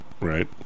right